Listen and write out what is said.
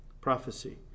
prophecy